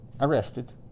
arrested